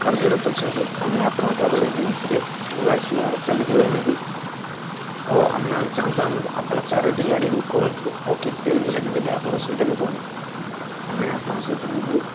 କାର୍ଯ୍ୟରତ ଅଛନ୍ତି ଆମେ ଆପଣଙ୍କ ଟ୍ରାଭେଲ ଏଜେନ୍ସିରେ ଯିବା ଆସିବା ଚାଲିଥିବ ଏମିତି ଆଉ ଆମେ ଚାହୁଁଛୁ ଆମକୁ ଆପଣ ଚାରୋଟି ଗାଡ଼ି ବୁକ୍ କରନ୍ତୁ ଆଉ କେତେ ରିହାତି ଦେବେ ଆପଣ ସେଇଟା ବି କୁହନ୍ତୁ ଆମେ ଆପଣଙ୍କ ସହିତ ଯିବୁ